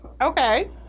Okay